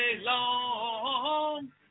long